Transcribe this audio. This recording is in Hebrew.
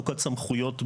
אשקלון,